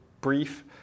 brief